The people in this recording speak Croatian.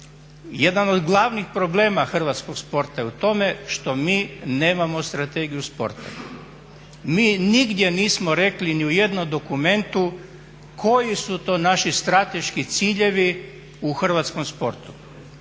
Jedan od glavnih problema hrvatskog sporta je u tome što mi nemamo strategiju sporta. Mi nigdje nismo rekli ni u jednom dokumentu koji su to naši strateški ciljevi u hrvatskom sportu.